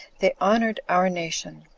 they honored our nation,